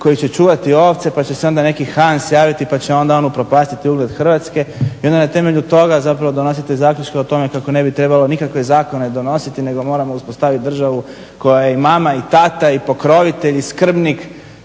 koji će čuvati ovce pa će se onda neki Hans javiti pa će on upropastiti ugled Hrvatske i onda na temelju toga zapravo donosite zaključke o tome kako ne bi trebalo nikakve zakone donositi nego moramo uspostaviti državu koja je i mama i tata i pokrovitelj i skrbnik